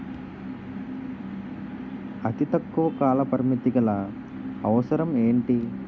అతి తక్కువ కాల పరిమితి గల అవసరం ఏంటి